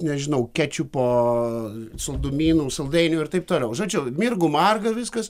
nežinau kečupo saldumynų saldainių ir taip toliau žodžiu mirgu marga viskas